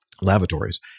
lavatories